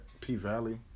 P-Valley